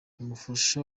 umufasha